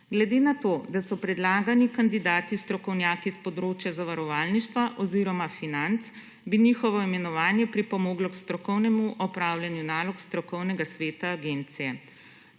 Glede na to, da so predlagani kandidati strokovnjaki s področja zavarovalništva oziroma financ, bi njihovo imenovanje pripomoglo k strokovnemu opravljanju nalog s strokovnega sveta agencije.